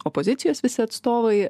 opozicijos visi atstovai